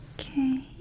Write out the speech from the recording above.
Okay